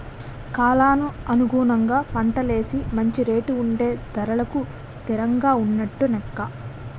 కాలానుగుణంగా పంటలేసి మంచి రేటు ఉంటే ధరలు తిరంగా ఉన్నట్టు నెక్క